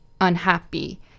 unhappy